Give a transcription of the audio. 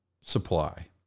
supply